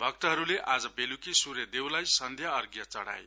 भक्तहरुले आज बेलुकी सूर्य देवलाई सन्ध्या अर्ध्य चढ़ाए